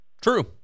True